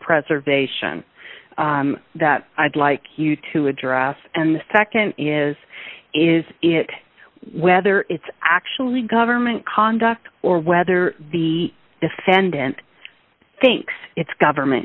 preservation that i'd like you to address and the nd is is whether it's actually government conduct or whether the defendant thinks its government